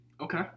Okay